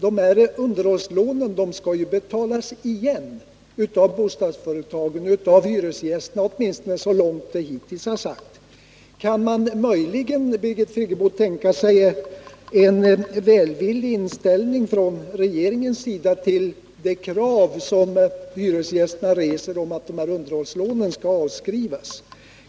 Underhållslån skall ju betalas igen av bostadsföretag och hyresgäster, åtminstone har det sagts så hittills. Kan man möjligen, Birgit Friggebo, tänka sig en välvillig inställning från regeringens sida till de krav som hyresgästerna reser om att dessa underhållslån skall avskrivas?